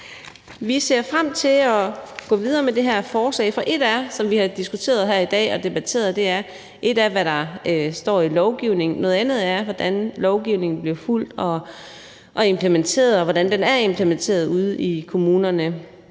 Vi ser frem til at gå videre med det her forslag, for et er, som vi har diskuteret og debatteret her i dag, hvad der står i lovgivningen, noget andet er, hvordan lovgivningen bliver fulgt og implementeret, og hvordan den er blevet implementeret ude i kommunerne.